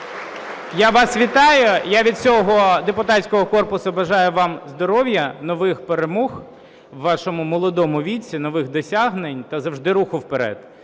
Я вас вітаю. Я від всього депутатського корпусу бажаю вам здоров'я, нових перемог у вашому молодому віці, нових досягнень та завжди руху вперед.